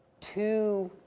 to